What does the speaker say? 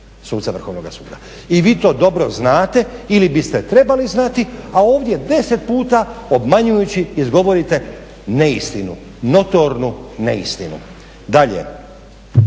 I vi to dobro znate ili biste trebali znati, a ovdje 10 puta obmanjujući izgovorite neistinu, notornu neistinu. Dalje,